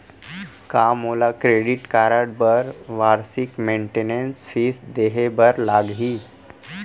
का मोला credit card बर वार्षिक मेंटेनेंस फीस देहे बर लागही?